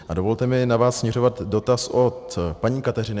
A dovolte mi na vás směřovat dotaz od paní Kateřiny.